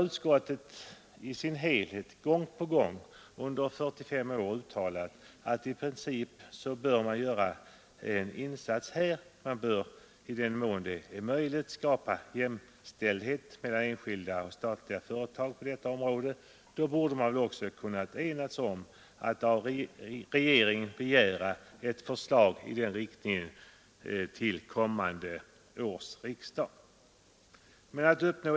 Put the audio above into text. Utskottet har emellertid gång på gång under 45 år uttalat att i princip bör i den mån det är möjligt jämställdhet skapas mellan enskilda och statliga företag på detta område, och då borde man också kunna enas om att av regeringen begära ett förslag i den riktningen till kommande års riksdag.